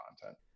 content